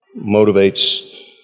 motivates